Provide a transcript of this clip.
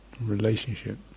relationship